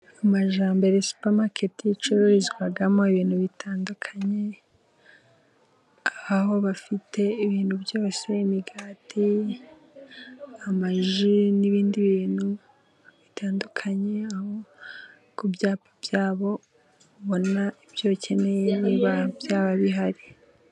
Amajyambere supamaketi，icururizwamo ibintu bitandukanye， aho bafite ibintu byose， imigati， amaji n'ibindi bintu bitandukanye， aho ku byapa byabo， ubona ibyo ukeneye， niba byaba bihari.